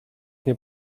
nie